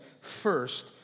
First